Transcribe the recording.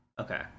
Okay